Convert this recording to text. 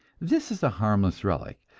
this is a harmless relic.